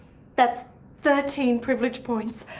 that's thirteen privilege points!